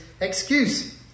excuse